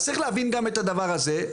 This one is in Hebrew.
צריך להבין גם את הדבר הזה,